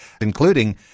including